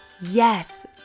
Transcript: Yes